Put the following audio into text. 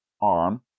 arm